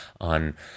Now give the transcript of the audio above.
on